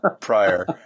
prior